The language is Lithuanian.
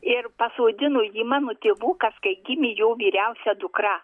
ir pasodino jį mano tėvukas kai gimė jo vyriausia dukra